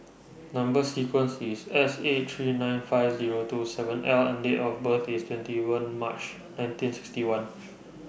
Number sequence IS S eight three nine five Zero two seven L and Date of birth IS twenty one March nineteen sixty one